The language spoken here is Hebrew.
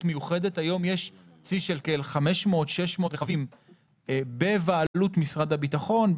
מיוחדת היום יש צי של כ-600-500 רכבים בבעלות משרד הביטחון,